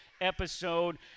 episode